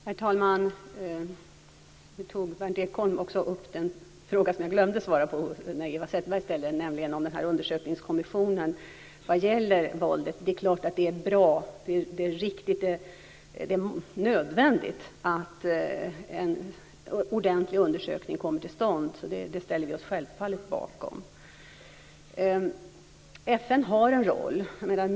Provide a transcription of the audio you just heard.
Herr talman! Berndt Ekholm tog upp den fråga som jag glömde att svara på när Eva Zetterberg ställde den, nämligen om undersökningskommissionen vad gäller våldet. Det är klart att det är bra, riktigt och nödvändigt att en ordentlig undersökning kommer till stånd. Det ställer vi oss självfallet bakom.